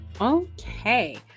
Okay